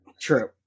true